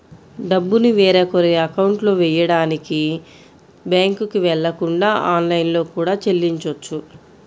డబ్బుని వేరొకరి అకౌంట్లో వెయ్యడానికి బ్యేంకుకి వెళ్ళకుండా ఆన్లైన్లో కూడా చెల్లించొచ్చు